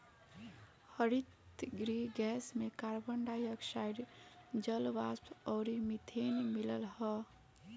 हरितगृह गैस में carbon dioxide, जलवाष्प अउरी मीथेन मिलल हअ